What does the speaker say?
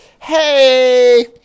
hey